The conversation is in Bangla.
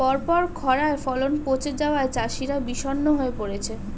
পরপর খড়ায় ফলন পচে যাওয়ায় চাষিরা বিষণ্ণ হয়ে পরেছে